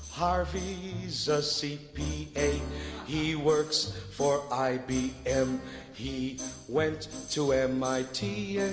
harvey says see a he works for i b m he went to m i t. yeah